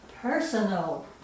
personal